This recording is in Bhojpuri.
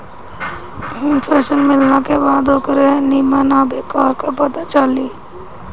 फसल मिलला के बाद ओकरे निम्मन आ बेकार क पता चली